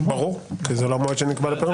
ברור, כי זה לא המועד שנקבע לפירעון.